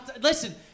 listen